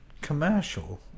commercial